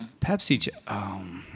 Pepsi